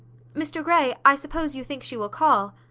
mr grey, i suppose you think she will call?